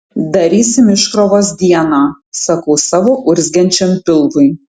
darysim iškrovos dieną sakau savo urzgiančiam pilvui